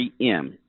3M